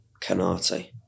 Canate